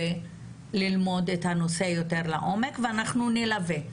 ללמוד את הנושא יותר לעומק ואנחנו נלווה.